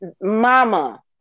Mama